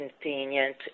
convenient